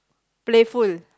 playful